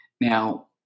Now